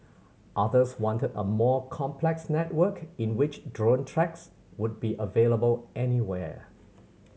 others wanted a more complex network in which drone tracks would be available anywhere